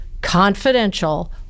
confidential